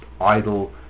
idle